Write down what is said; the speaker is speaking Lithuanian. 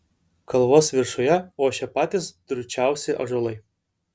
kalvos viršuje ošė patys drūčiausi ąžuolai